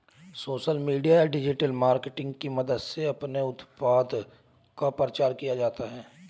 social media या digital marketing की मदद से अपने उत्पाद का प्रचार किया जाता है